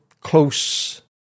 close